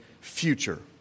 future